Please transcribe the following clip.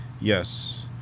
yes